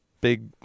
big